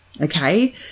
Okay